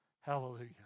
Hallelujah